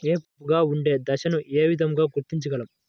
ఏపుగా ఉండే దశను ఏ విధంగా గుర్తించగలం?